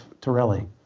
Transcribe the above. Torelli